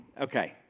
Okay